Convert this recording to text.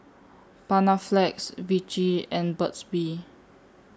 Panaflex Vichy and Burt's Bee